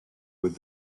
with